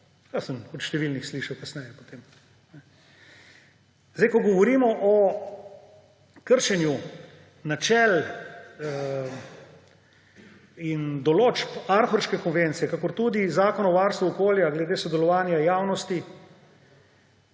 Jaz sem od številnih slišal kasneje, potem. Ko govorimo o kršenju načel in določb Aarhuške konvencije kakor tudi Zakona o varstvu okolja glede sodelovanja javnosti,